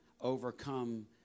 overcome